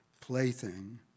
plaything